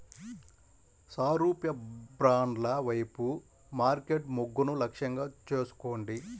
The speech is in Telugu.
సారూప్య బ్రాండ్ల వైపు మార్కెట్ మొగ్గును లక్ష్యంగా చేసుకోండి